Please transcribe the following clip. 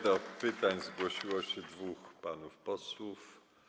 Do pytań zgłosiło się dwóch panów posłów.